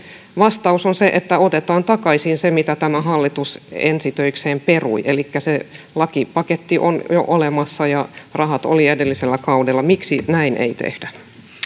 vastaus on se että otetaan takaisin se mitä tämä hallitus ensi töikseen perui elikkä se lakipaketti on jo olemassa ja rahat olivat edellisellä kaudella miksi näin ei tehdä